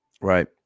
Right